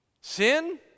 sin